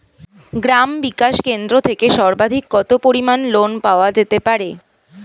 গ্রাম বিকাশ কেন্দ্র থেকে সর্বাধিক কত পরিমান লোন পাওয়া যেতে পারে?